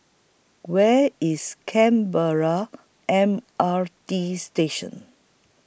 Where IS Canberra M R T Station